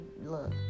look